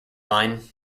line